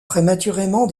prématurément